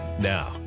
Now